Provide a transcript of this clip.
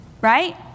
right